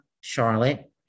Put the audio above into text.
Charlotte